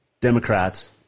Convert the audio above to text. Democrats